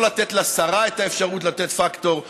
לא לתת לשרה את האפשרות לתת פקטור,